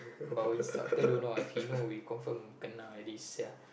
but instructor don't know lah if he know we confirm kena already sia